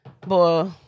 Boy